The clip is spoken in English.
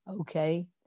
Okay